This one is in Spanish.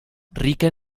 rica